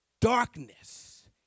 darkness